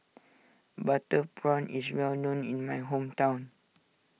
Butter Prawn is well known in my hometown